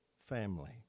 family